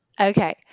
Okay